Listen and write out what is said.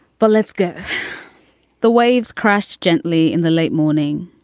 but let's go the waves crash gently in the late morning,